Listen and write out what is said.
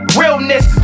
realness